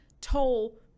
toll